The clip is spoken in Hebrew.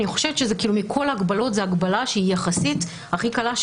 מכל ההגבלות זו ההגבלה שהיא יחסית הכי קלה.